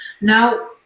Now